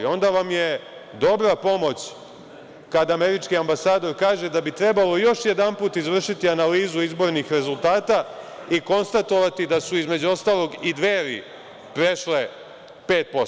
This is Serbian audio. Onda vam je dobra pomoć kad američki ambasador kaže da bi trebalo još jedanput izvršiti analizu izbornih rezultata i konstatovati da su između ostalog i Dveri prešle 5%